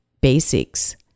basics